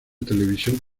televisión